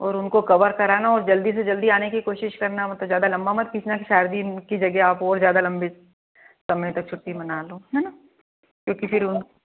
और उनको कवर करा देना और जल्दी से जल्दी आने की कोशिश करना मतलब ज्यादा लंबा मत खींचना कि चार दिन की जगह आप और ज्यादा लंबे समय तक छुट्टी मना लो है ना